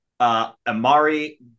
Amari